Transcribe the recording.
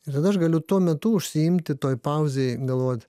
ir tada aš galiu tuo metu užsiimti toj pauzėj galvot